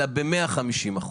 אלא ב-150%.